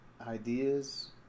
ideas